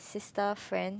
sister friend